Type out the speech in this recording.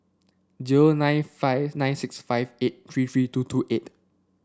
zero nine five nine six five eight three three two two eight